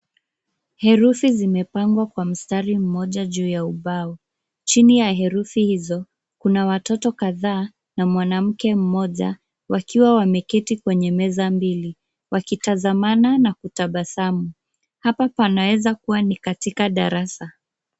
Herufi zimepangwa kwa mstari mmoja juu ya ubao. Chini ya herufi hizo, kuna watoto kadhaa na mwanamke mmoja, wakiwa wameketi kwenye meza mbili, wakitazamana na kutabasamu. Hapa panaeza kua ni katika darasa.